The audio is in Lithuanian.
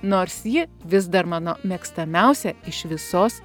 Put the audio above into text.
nors ji vis dar mano mėgstamiausia iš visos